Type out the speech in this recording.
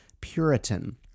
Puritan